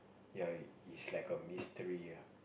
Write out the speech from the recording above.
ya it's like a mystery ya